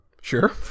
Sure